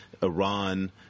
Iran